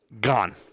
gone